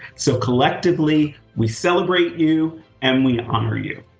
so collectively we celebrate you and we honor you.